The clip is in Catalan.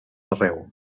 arreu